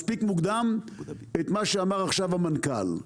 מספיק מוקדם את מה שאמר עכשיו המנכ"ל.